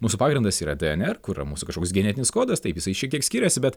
mūsų pagrindas yra dyener kur yra mūsų kažkoks genetinis kodas taip jisai šiek tiek skiriasi bet